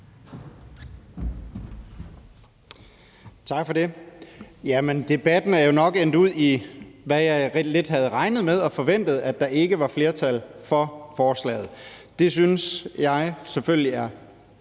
Tak for det. Debatten er jo nok endt ud i, hvad jeg lidt havde regnet med og forventet, nemlig at der ikke var flertal for forslaget. Det synes jeg selvfølgelig er